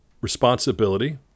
responsibility